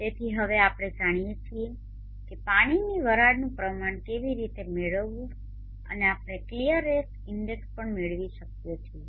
તેથી હવે આપણે જાણીએ છીએ કે પાણીની વરાળનુ પ્રમાણ કેવી રીતે મેળવવું અને આપણે ક્લિયરનેસ ઇન્ડેક્સ પણ મેળવી શકીએ છીએ